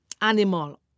animal